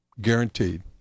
Guaranteed